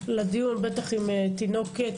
לדיון, בטח עם תינוקת.